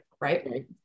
right